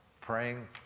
praying